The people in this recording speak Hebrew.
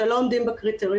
שלא עומדים בקריטריונים,